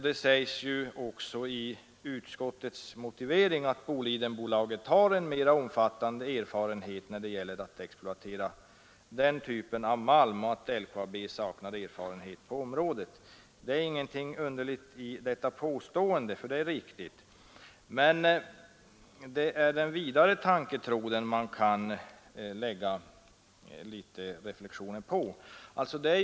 Det sägs ju också i utskottets motivering att Bolidenbolaget har en mer omfattande erfarenhet när det gäller att exploatera ifrågavarande typ av malm och att LKAB saknar erfarenhet på området. Det är ingenting underligt i detta påstående — det är riktigt. Det underliga är herr Svanbergs slutsats. Man kan göra en del reflexioner i anslutning härtill.